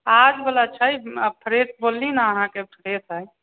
आज बला छै फ्रेश बोलली ने अहाँके फ्रेश हइ